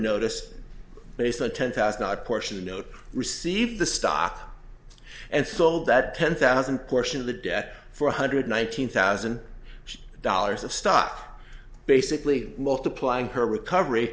notice based on a ten thousand odd portion a note received the stock and sold that ten thousand portion of the debt for one hundred nineteen thousand dollars of stock basically multiplying her recovery